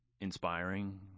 inspiring